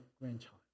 grandchild